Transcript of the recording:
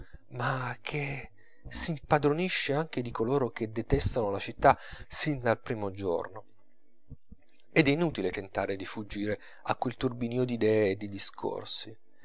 ma che s'impadronisce anche di coloro che detestano la città sin dal primo giorno ed è inutile tentar di fuggire a quel turbinìo d'idee e di discorsi